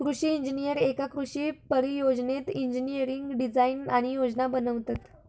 कृषि इंजिनीयर एका कृषि परियोजनेत इंजिनियरिंग डिझाईन आणि योजना बनवतत